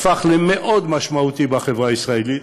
הפך למאוד משמעותי בחברה הישראלית,